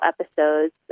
episodes